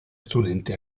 studenti